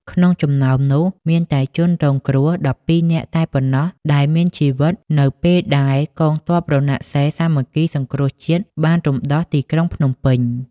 ក្នុងចំណោមនោះមានតែជនរងគ្រោះ១២នាក់តែប៉ុណ្ណោះដែលមានជីវិតនៅពេលដែលកងទ័ពរណសិរ្សសាមគ្គីសង្គ្រោះជាតិបានរំដោះទីក្រុងភ្នំពេញ។